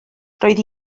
roedd